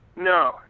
No